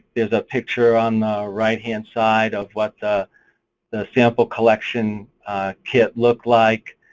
there's a picture on the right hand side of what the the sample collection kit looked like,